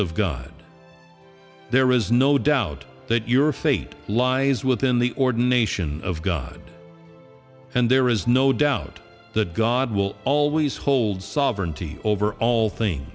of god there is no doubt that your fate lies within the ordination of god and there is no doubt that god will always hold sovereignty over all thing